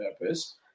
purpose